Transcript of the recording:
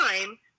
time